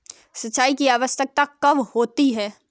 सिंचाई की आवश्यकता कब होती है?